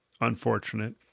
unfortunate